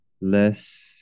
less